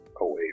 away